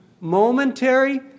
momentary